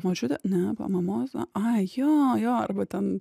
močiutė ne mamos ai jo jo arba ten